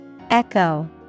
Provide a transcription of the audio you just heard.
Echo